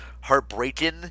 heartbreaking